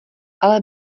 ale